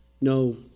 no